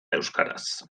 euskaraz